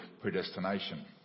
predestination